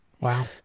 Wow